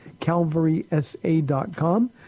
calvarysa.com